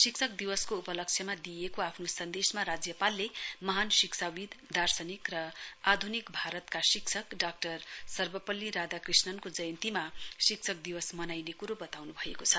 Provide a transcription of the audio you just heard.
शिक्षक दिवसको उपलक्ष्यमा दिइएको आफ्नो सन्देशमा राज्यपालले महान शिक्षाविद् दार्शनिक र आधुनिक भारतका शिक्षक डाक्टर सर्वपल्ली राधाकृष्णनको जयन्तीमा शिक्षक दिवस मनाइने कुरा बताउनुभएको छ